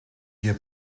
ihr